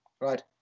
right